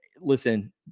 listen